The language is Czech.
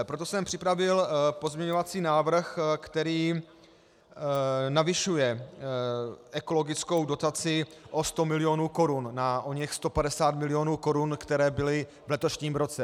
Proto jsem připravil pozměňovací návrh, který navyšuje ekologickou dotaci o 100 milionů korun na oněch 150 milionů korun, které byly v letošním roce.